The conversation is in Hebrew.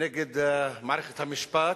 נגד מערכת המשפט,